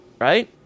Right